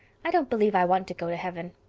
i don't believe i want to go to heaven.